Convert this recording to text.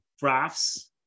graphs